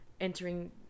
entering